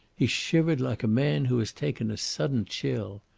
he shivered like a man who has taken a sudden chill.